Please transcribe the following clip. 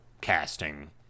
casting